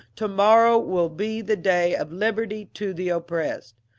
to-morrow will be the day of liberty to the oppressed.